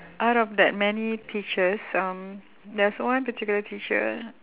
out of that many teachers um there's one particular teacher